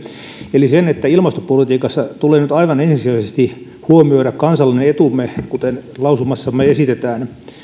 eli sen että ilmastopolitiikassa tulee nyt aivan ensisijaisesti huomioida kansallinen etumme kuten lausumassamme esitetään